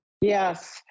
Yes